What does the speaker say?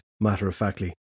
matter-of-factly